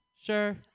sure